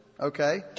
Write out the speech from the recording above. okay